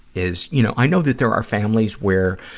is, you know i know that there are families where,